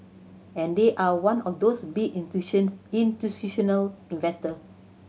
and they are one of those big institutional investor